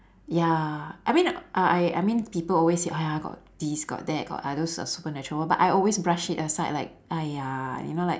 ya I mean uh I I mean people always say !aiya! got this got that got uh those su~ supernatural world but I always brush it aside like !aiya! you know like